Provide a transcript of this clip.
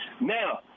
Now